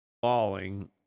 falling